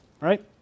right